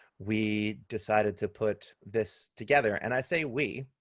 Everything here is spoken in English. we decided to put this together and i say we,